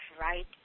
right